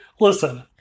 listen